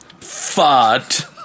fart